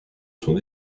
son